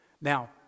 Now